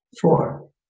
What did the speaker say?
four